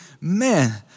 man